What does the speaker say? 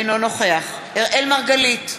אינו נוכח אראל מרגלית,